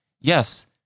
yes